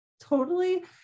totally-